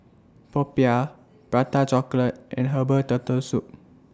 Popiah Prata Chocolate and Herbal Turtle Soup